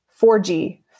4G